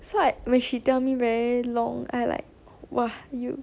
so like when she tell me very long I like !wah! you